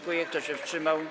Kto się wstrzymał?